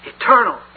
eternal